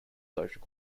social